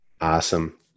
Awesome